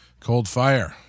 Coldfire